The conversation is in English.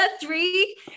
three